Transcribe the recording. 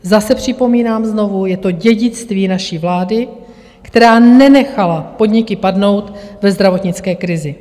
Zase připomínám, znovu, je to dědictví naší vlády, která nenechala podniky padnout ve zdravotnické krizi.